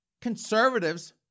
Conservatives